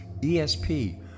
ESP